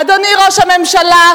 אדוני ראש הממשלה,